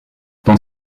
dans